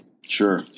sure